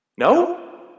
No